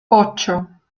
ocho